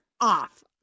off